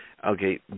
Okay